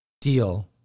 deal